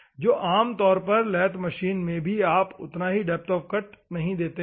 तो आम तौर पर लैथ मशीन में भी आप उतना डेप्थ ऑफ़ कट नहीं देते हैं